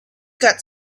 got